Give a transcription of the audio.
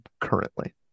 currently